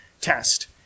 test